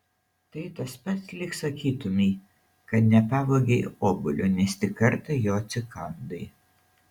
tai tas pat lyg sakytumei kad nepavogei obuolio nes tik kartą jo atsikandai